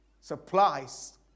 supplies